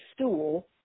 stool